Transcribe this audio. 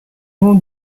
vont